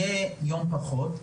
יהיה יום פחות,